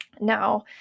now